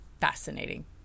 fascinating